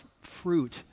fruit